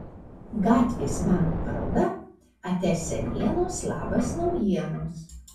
gatvės meno paroda ate senienos labas naujienos